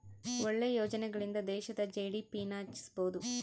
ಒಳ್ಳೆ ಯೋಜನೆಗಳಿಂದ ದೇಶದ ಜಿ.ಡಿ.ಪಿ ನ ಹೆಚ್ಚಿಸ್ಬೋದು